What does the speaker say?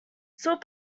sort